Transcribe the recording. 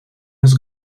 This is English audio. has